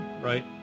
right